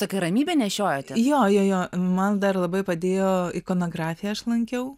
jo man dar labai padėjo ikonografiją aš lankiau